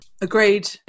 Agreed